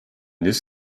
this